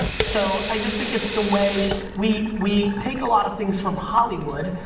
so i just think it's the way we we take a lot of things from hollywood,